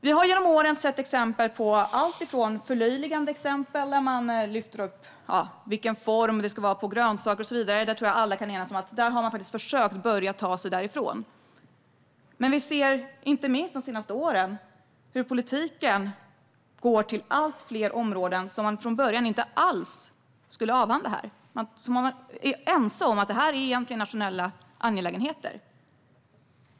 Vi har genom åren sett förlöjligande exempel där det lyfts upp vilken form det ska vara på grönsaker och så vidare, men det tror jag att alla kan enas om att man har försökt börja ta sig ifrån. Men vi har, inte minst de senaste åren, sett hur politiken går mot allt fler områden som den från början inte alls skulle avhandla och som man är ense om egentligen är nationella angelägenheter.